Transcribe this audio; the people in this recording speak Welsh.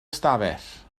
ystafell